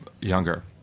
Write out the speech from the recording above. younger